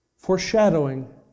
Foreshadowing